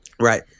Right